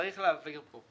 צריך להבהיר פה,